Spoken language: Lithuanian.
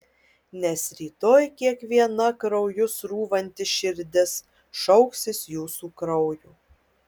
nes rytoj kiekviena krauju srūvanti širdis šauksis jūsų kraujo